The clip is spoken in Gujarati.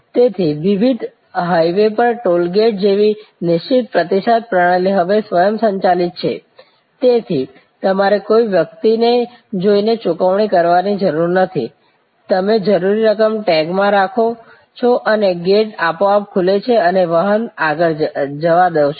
તેથી વિવિધ હાઇવે પર ટોલ ગેટ જેવી નિશ્ચિત પ્રતિસાદ પ્રણાલી હવે સ્વયંસંચાલિત છે તેથી તમારે કોઈ વ્યક્તિને જઈને ચૂકવણી કરવાની જરૂર નથી તમે જરૂરી રકમ ટેગ માં રાખો છો અને ગેટ આપોઆપ ખુલે છે અને તમે વાહન આગળ જવા દો છો